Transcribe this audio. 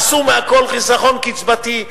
עשו מהכול חיסכון קצבתי.